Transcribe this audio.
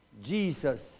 Jesus